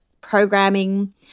programming